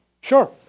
Sure